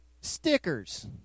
Stickers